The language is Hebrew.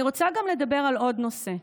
אני רוצה לדבר על עוד נושא.